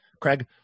Craig